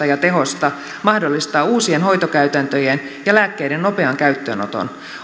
ja tehosta mahdollistaa uusien hoitokäytäntöjen ja lääkkeiden nopean käyttöönoton